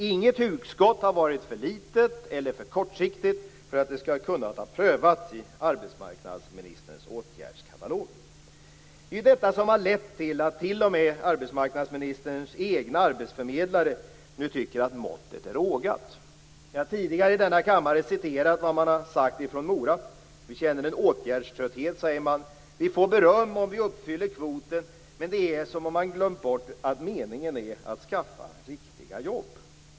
Inget hugskott har varit för litet eller för kortsiktigt för att kunna prövas i arbetsmarknadsministerns åtgärdskatalog. Det är detta som har lett till att t.o.m. arbetsmarknadsministerns egna arbetsförmedlare nu tycker att måttet är rågat. Jag har tidigare i denna kammare citerat vad man har sagt från Mora. Vi känner en åtgärdströtthet, säger man. Vi får beröm om vi uppfyller kvoten, men det är som om man glömt bort att meningen är att skaffa riktiga jobb.